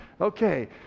Okay